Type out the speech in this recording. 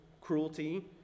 cruelty